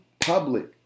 public